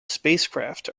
spacecraft